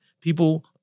People